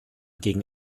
gegen